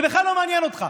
זה בכלל זה לא מעניין אותך.